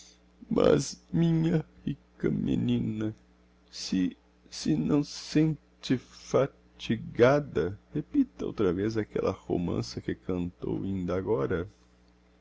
mas minha rica menina se se não sen te fa tigada repita outra vez aquella romança que cantou